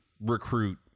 recruit